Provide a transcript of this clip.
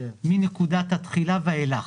מנקודת התחילה ואילך.